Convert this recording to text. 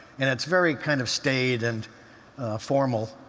and it's very kind of staid and formal.